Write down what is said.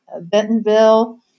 Bentonville